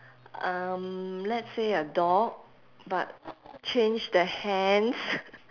um let's say a dog but change the hands